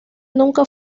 nunca